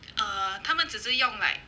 err 他们只是用 like